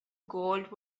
gold